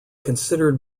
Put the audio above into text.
considered